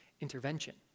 intervention